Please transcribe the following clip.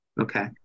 Okay